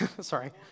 sorry